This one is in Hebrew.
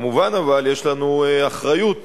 מובן שיש לנו אחריות